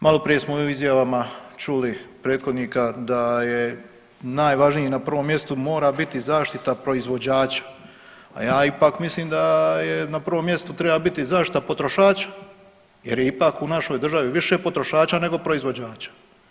Malo prije smo u izjavama čuli od prethodnika da je najvažnije i na prvom mjestu mora biti zaštita proizvođača, a ja ipak mislim da je na prvom mjestu treba biti zaštita potrošača, jer je ipak u našoj državi više potrošača nego proizvođača.